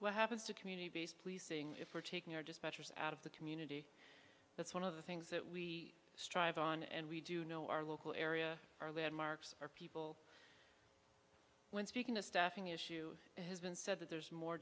what happens to community based policing if we're taking our dispatchers out of the community that's one of the things that we strive on and we do know our local area our landmarks our people when speaking of staffing issue has been said that there's more